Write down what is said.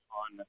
on